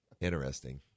Interesting